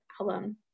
album